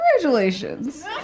congratulations